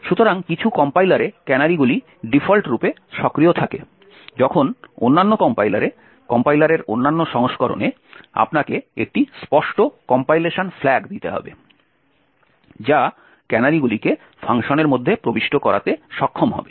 সুতরাং কিছু কম্পাইলারে ক্যানারিগুলি ডিফল্টরূপে সক্রিয় থাকে যখন অন্যান্য কম্পাইলারে কম্পাইলারের অন্যান্য সংস্করণে আপনাকে একটি স্পষ্ট কম্পাইলেশন ফ্ল্যাগ দিতে হবে যা ক্যানারিগুলিকে ফাংশনের মধ্যে প্রবিষ্ট করাতে সক্ষম হবে